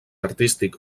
artístic